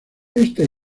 esta